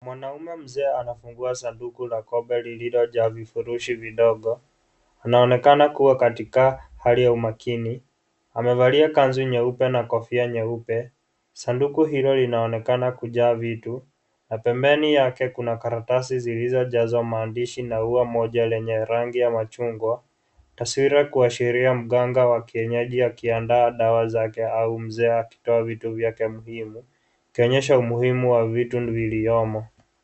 Mwanaume mzee anafungua sanduku la kobe lililojaa vifurushi vidogo. Anaonekana kuwa katika hali ya umakini. Amevalia kanzu nyeupe na kofia nyeupe. Sanduku hilo linaonekana kujaa vitu na pembeni yake kuna karatasi zilizojazwa maandishi na ua moja lenye rangi ya machungwa. Taswira kuashiria mganga wa kienyeji akiandaa dawa zake au mzee akitoa vitu vyake muhimu ikionyesha umuhimu wa vitu viliomo.